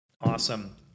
Awesome